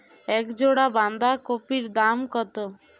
এক জোড়া বাঁধাকপির দাম কত?